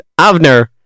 Avner